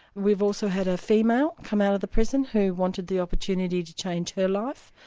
we've also had a female come out of the prison who wanted the opportunity to change her life,